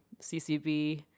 CCB